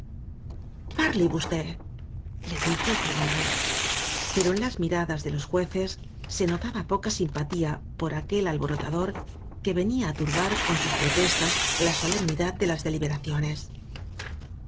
parle vostéle dijo el tribunal pero en las miradas de los jueces se notaba poca sim patía por aquel alborotador que venía á turbar con sus protestas la solemnidad de las delibe